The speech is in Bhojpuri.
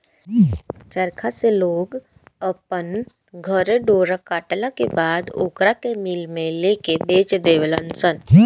चरखा से लोग अपना घरे डोरा कटला के बाद ओकरा के मिल में लेके बेच देवे लनसन